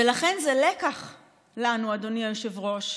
ולכן זה לֶקַח לנו, אדוני היושב-ראש.